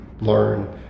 learn